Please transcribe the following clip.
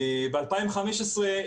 ב-2015,